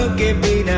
ah gave me